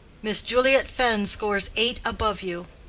miss juliet fenn scores eight above you.